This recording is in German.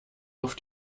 auf